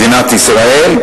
מדינת ישראל.